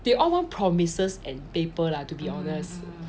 they all want promises and paper lah to be honest